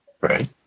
Right